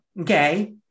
okay